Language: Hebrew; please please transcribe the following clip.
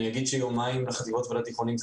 אני אומר שיומיים לחטיבות ולתיכוניים,